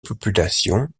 population